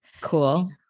Cool